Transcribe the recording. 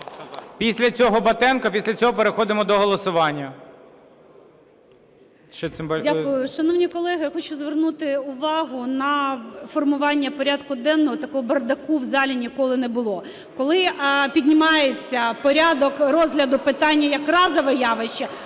Після цього Батенко, після цього переходимо до голосування.